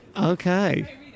Okay